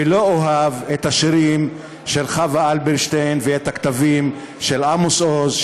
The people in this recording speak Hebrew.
ולא אוהב את השירים של חוה אלברשטיין ואת הכתבים של עמוס עוז,